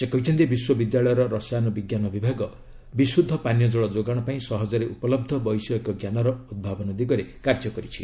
ସେ କହିଛନ୍ତି ବିଶ୍ୱବିଦ୍ୟାଳୟର ରସାୟନ ବିଜ୍ଞାନ ବିଭାଗ ବିଶୁଦ୍ଧ ପାନୀୟ ଜଳ ଯୋଗାଣ ପାଇଁ ସହଜରେ ଉପଲବ୍ଧ ବୈଷୟିକଜ୍ଞାନର ଉଭାବନ ଦିଗରେ କାର୍ଯ୍ୟ କରିଛି